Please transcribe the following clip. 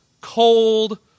cold